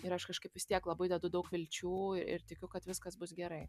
ir aš kažkaip vis tiek labai dedu daug vilčių ir tikiu kad viskas bus gerai